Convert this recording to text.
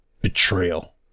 Betrayal